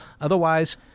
Otherwise